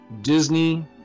Disney